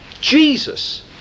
Jesus